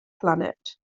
planet